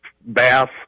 bass